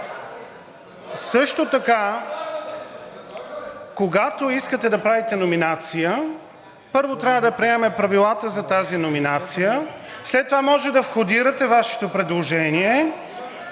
Също така, когато искате да правите номинация, първо трябва да приемем правилата за тази номинация, след това може да входирате Вашето предложение,